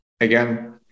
again